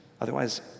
Otherwise